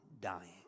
dying